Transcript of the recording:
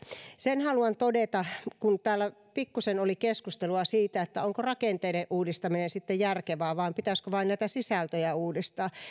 sen haluan todeta kun täällä pikkuisen oli keskustelua siitä onko rakenteiden uudistaminen sitten järkevää vai pitäisikö vain näitä sisältöjä uudistaa